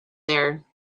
there